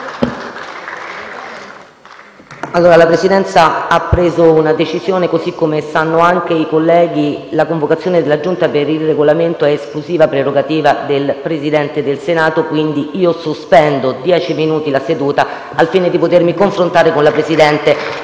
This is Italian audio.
La Presidenza ha preso una decisione. Come sanno anche i colleghi, la convocazione della Giunta per il Regolamento è esclusiva prerogativa del Presidente del Senato. Sospendo pertanto brevemente la seduta al fine di potermi confrontare con il Presidente